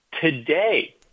Today